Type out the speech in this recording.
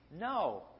No